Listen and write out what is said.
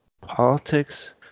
politics